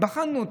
בחנו אותם.